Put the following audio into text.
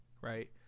right